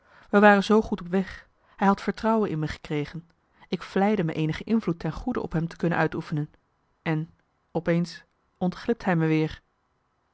wij waren zoo goed op weg hij had vertrouwen in me gekregen ik vleide me eenige invloed ten goede marcellus emants een nagelaten bekentenis op hem te kunnen uitoefenen en op eens ontglipt hij me weer